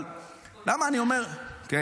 אבל למה אני אומר --- אקספוננציאלי.